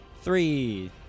Three